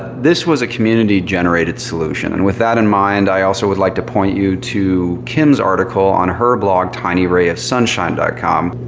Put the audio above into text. this was a community-generated solution. and with that in mind, i also would like to point you to kim's article on her blog tinyrayofsunshine com,